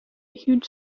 huge